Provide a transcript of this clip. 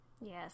Yes